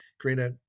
karina